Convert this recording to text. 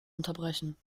unterbrechen